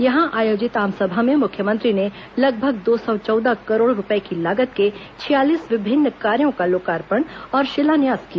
यहां आयोजित आमसभा में मुख्यमंत्री ने लगभग दो सौ चौदह करोड़ रूपए की लागत के छियालीस विभिन्न कार्यो का लोकार्पण और शिलान्यास किया